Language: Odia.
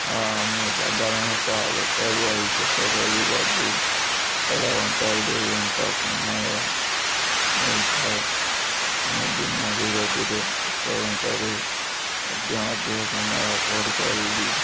ହଁ ମୁଁ ସାଧାରଣତଃ ଗୋଟେ ବହି ଶେଷ କରିବାକୁ ଦେଢ଼ଘଣ୍ଟାରୁ ଦୁଇଘଣ୍ଟା ସମୟ ନେଇଥାଏ ମୁଁ ବିନା ବିରତିରେ ଏକ ଘଣ୍ଟାରୁ ମଧ୍ୟ ଅଧିକ ସମୟ ପଢ଼ିପାରିବି